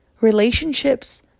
relationships